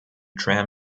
tram